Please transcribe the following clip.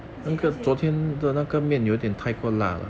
而且而且